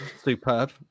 superb